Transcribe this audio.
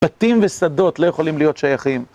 בתים ושדות לא יכולים להיות שייכים.